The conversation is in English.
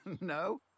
No